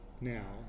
now